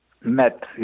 met